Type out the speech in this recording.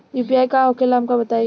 UPI का होखेला हमका बताई?